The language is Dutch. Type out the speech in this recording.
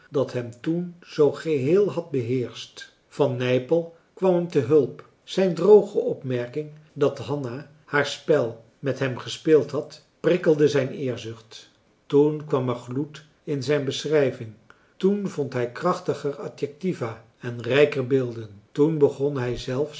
dat hem toen zoo geheel had beheerscht van nypel kwam hem te hulp zijn droge opmerking dat hanna haar spel met hem gespeeld had prikkelde zijn eerzucht toen kwam er gloed in zijn beschrijving toen vond hij krachtiger adjectiva en rijker beelden toen begon hij zelfs